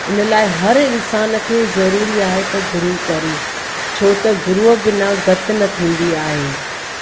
हिन लाइ हर इंसान खे ज़रूरी आहे त गुरु करे छो त गुरुअ बिना गत न थींदी आहे